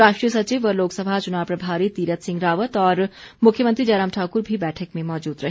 राष्ट्रीय सचिव व लोकसभा चुनाव प्रभारी तीर्थ सिंह रावत और मुख्यमंत्री जयराम ठाक्र भी बैठक में मौजूद रहे